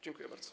Dziękuję bardzo.